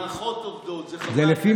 פיליבסטר, והמערכות עובדות, זה חבל.